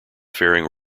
faring